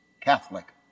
Catholic